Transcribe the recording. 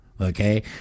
okay